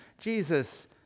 Jesus